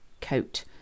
coat